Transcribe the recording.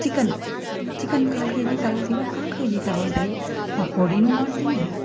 chicken chicken ಕಾಲು K G ತಗೊಳ್ತೀವ ಕಾಲು ಕೆ ಜಿ ತಗೊಂಡ್ರೆ ಪಕೋಡಿಯೂ ಮಾಡ್ತೀನಿ